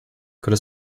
could